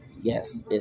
yes